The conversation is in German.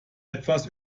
etwas